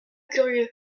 curieux